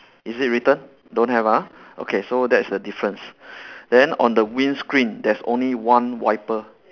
is it written don't have ah okay so that's the difference then on the windscreen there's only one wiper